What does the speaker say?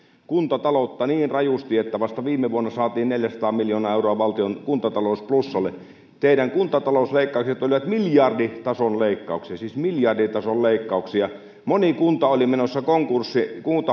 kuntataloutta niin rajusti että vasta viime vuonna saatiin neljäsataa miljoonaa euroa valtion kuntatalous plussalle teidän kuntatalousleikkauksenne olivat miljarditason leikkauksia siis miljarditason leikkauksia moni kunta oli menossa konkurssiin